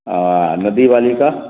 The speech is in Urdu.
ندی والی کا